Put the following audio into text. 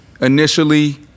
Initially